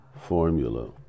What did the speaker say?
formula